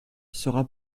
sera